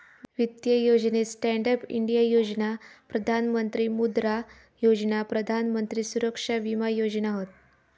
वित्तीय योजनेत stand up India योजना, प्रधान मंत्री मुद्रा योजना, प्रधान मंत्री सुरक्षा विमा योजना हत